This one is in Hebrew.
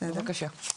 מקריאה את הצעת החוק.